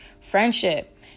Friendship